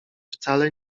wcale